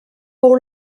fou